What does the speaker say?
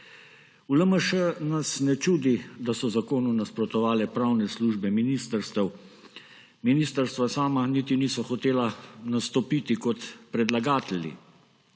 V LMŠ nas ne čudi, da so zakonu nasprotovale pravne službe ministrstev. Ministrstva sama niti niso hotela nastopiti kot predlagatelji.